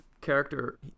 character